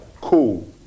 Cool